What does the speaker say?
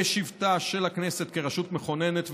בשבתה של הכנסת כרשות מכוננת,